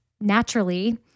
naturally